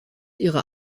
ihre